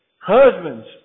Husbands